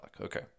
Okay